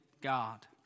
God